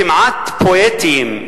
כמעט פואטיים,